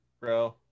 Bro